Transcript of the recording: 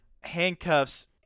handcuffs